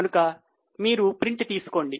కనుక మీరు ప్రింట్ తీసుకోండి